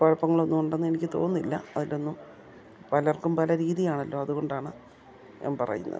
കുഴപ്പങ്ങളൊന്നുണ്ടെന്നെനിക്ക് തോന്നുന്നില്ല അതിലൊന്നും പലർക്കും പല രീതിയാണല്ലോ അതു കൊണ്ടാണ് ഞാൻ പറയുന്നത്